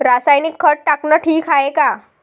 रासायनिक खत टाकनं ठीक हाये का?